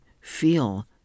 feel